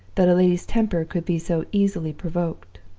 that a lady's temper could be so easily provoked